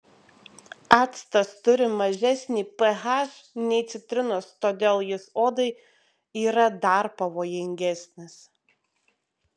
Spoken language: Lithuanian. actas turi dar mažesnį ph nei citrinos todėl jis odai yra dar pavojingesnis